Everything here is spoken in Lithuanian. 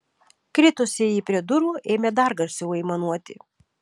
kritusieji prie durų ėmė dar garsiau aimanuoti